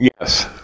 Yes